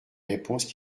réponses